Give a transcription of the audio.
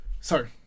Sorry